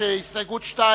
ההסתייגות (2)